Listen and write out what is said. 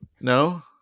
No